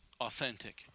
authentic